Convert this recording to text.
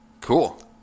Cool